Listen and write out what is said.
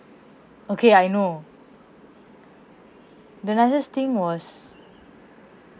okay I know the nicest thing was